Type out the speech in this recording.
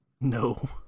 No